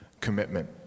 commitment